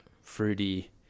fruity